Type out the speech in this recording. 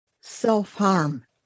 self-harm